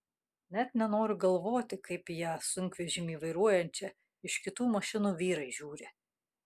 net nenoriu galvoti kaip į ją sunkvežimį vairuojančią iš kitų mašinų vyrai žiūri